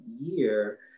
year